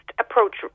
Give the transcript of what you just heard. approach